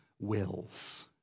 wills